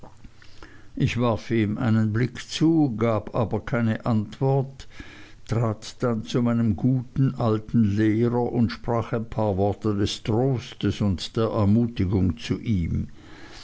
ich warf ihm einen blick zu gab aber keine antwort trat dann zu meinem guten alten lehrer und sprach ein paar worte des trostes und der ermutigung zu ihm